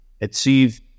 achieve